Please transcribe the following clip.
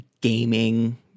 gaming